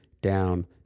down